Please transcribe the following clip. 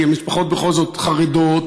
כי המשפחות בכל זאת חרדות,